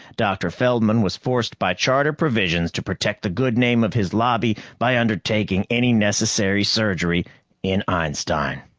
dr. feldman was forced by charter provisions to protect the good name of his lobby by undertaking any necessary surgery in einstein.